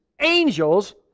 angels